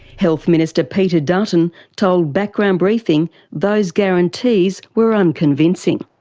health minister peter dutton told background briefing those guarantees were unconvincing.